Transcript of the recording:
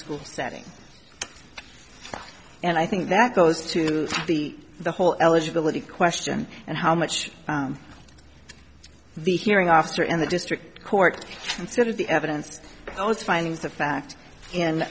school setting and i think that goes to the the whole eligibility question and how much the hearing officer in the district court considered the evidence always findings of fact